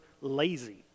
lazy